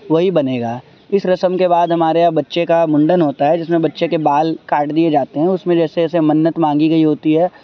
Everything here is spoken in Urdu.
وہی بنے گا اس رسم کے بعد ہمارے یہاں بچے کا منڈن ہوتا ہے جس میں بچے کے بال کاٹ دیے جاتے ہیں اس میں جیسے جیسے منت مانگی گئی ہوتی ہے